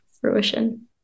fruition